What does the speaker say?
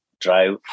drive